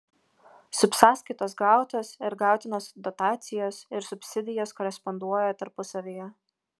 subsąskaitos gautos ir gautinos dotacijos ir subsidijos koresponduoja tarpusavyje